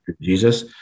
Jesus